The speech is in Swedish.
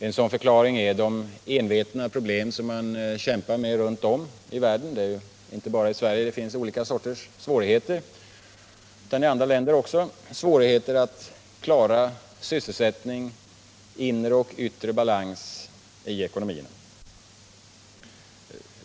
En sådan förklaring är de envetna problem som man kämpar med runt om i världen —- inte bara i Sverige — när det gäller att klara sysselsättning samt inre och yttre balans i ekonomin.